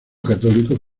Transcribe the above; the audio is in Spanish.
católico